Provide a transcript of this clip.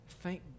Thank